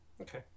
Okay